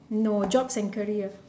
no jobs and career